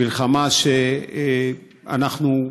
מלחמה שאנחנו,